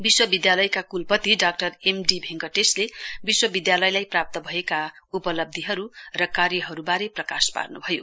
विश्वविधालयका क्लपति doctor A D भेन्कटेशले विश्वविधालयलाई प्राप्त भएका उपलब्धी कार्यहरूबारे प्रकाश पार्न्भयो